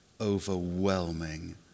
overwhelming